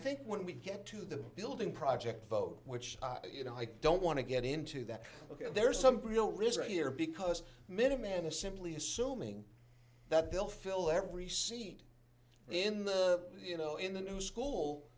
think when we get to the building project vote which you know i don't want to get into that ok there's some real risk here because middleman is simply assuming that they'll fill every seat in the you know in the new school